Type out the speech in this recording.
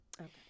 Okay